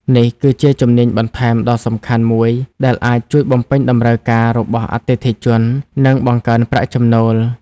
នេះគឺជាជំនាញបន្ថែមដ៏សំខាន់មួយដែលអាចជួយបំពេញតម្រូវការរបស់អតិថិជន និងបង្កើនប្រាក់ចំណូល។